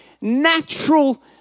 natural